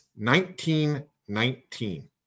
1919